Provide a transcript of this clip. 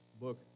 book